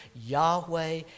Yahweh